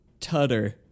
tutter